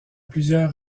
plusieurs